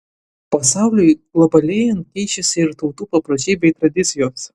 pasauliui globalėjant keičiasi ir tautų papročiai bei tradicijos